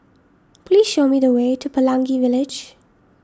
please show me the way to Pelangi Village